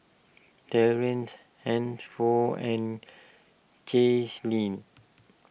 Tracie Hansford and Caitlyn